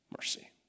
mercy